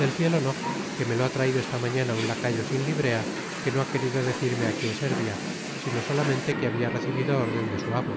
del cielo no que me lo ha traido esta mañana un lacayo sin librea que no ha querido decirme á quien servia sino solamente que habia recibido orden de su amo